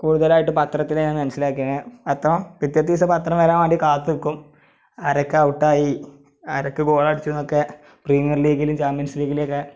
കൂടുതലായിട്ട് പത്രത്തിലെ ഞാൻ മനസ്സിലാക്കിയത് പത്രം പിറ്റെ ദിവസത്തെ പത്രം വരാന് വേണ്ടി കാത്ത് നിൽക്കും ആരൊക്കെ ഔട്ടായി ആരൊക്കെ ഗോളടിച്ചു എന്നൊക്കെ പ്രീമിയര് ലീഗിലും ചാമ്പ്യന്സ് ലീഗിലെയുമൊക്കെ